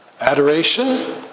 Adoration